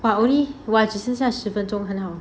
but only !wah! 只剩下十分钟很好